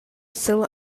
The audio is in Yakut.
сыл